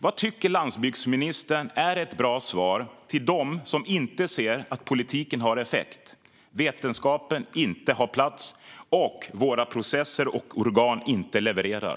Vad tycker landsbygdsministern är ett bra svar till dem som inte ser att politiken har effekt - till dem som inte tycker att vetenskapen har plats och som anser att våra processer och organ inte levererar?